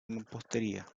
mampostería